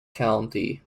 county